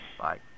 Bye